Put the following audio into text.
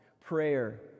prayer